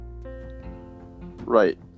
Right